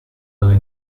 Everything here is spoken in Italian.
dalle